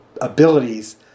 abilities